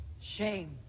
Shame